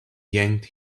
yanked